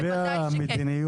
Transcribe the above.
בוודאי שכן.